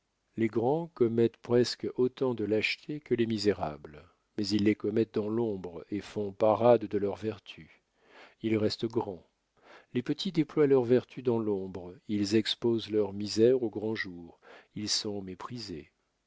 les grands commettent presque autant de lâchetés que les misérables mais ils les commettent dans l'ombre et font parade de leurs vertus ils restent grands les petits déploient leurs vertus dans l'ombre ils exposent leurs misères au grand jour ils sont méprisés